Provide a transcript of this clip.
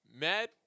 Mad